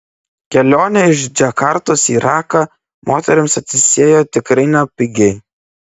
kelionė iš džakartos į raką moterims atsiėjo tikrai nepigiai